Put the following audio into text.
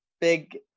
big